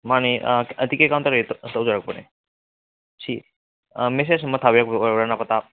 ꯃꯥꯅꯤ ꯑꯥ ꯇꯤꯀꯦꯠ ꯀꯥꯎꯟꯇꯔꯗꯩ ꯇꯧꯖꯔꯛꯄꯅꯦ ꯁꯤ ꯃꯦꯁꯦꯖ ꯑꯃ ꯊꯥꯕꯤꯔꯛꯄꯗꯨ ꯑꯣꯏꯔꯕ꯭ꯔ